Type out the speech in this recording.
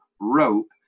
Rope